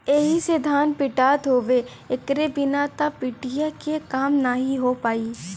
एही से धान पिटात हउवे एकरे बिना त पिटिया के काम नाहीं हो पाई